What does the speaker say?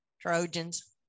Trojans